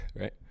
right